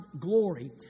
glory